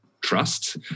trust